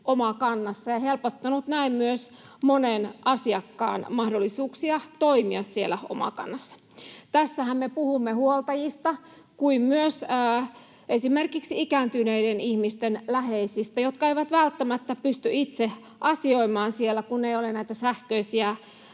Omakannassa ja helpottanut näin myös monen asiakkaan mahdollisuuksia toimia siellä Omakannassa. Tässähän me puhumme huoltajista, samoin kuin myös esimerkiksi sellaisten ikääntyneiden ihmisten läheisistä, jotka eivät välttämättä pysty itse asioimaan siellä, kun ei ole näitä sähköisiä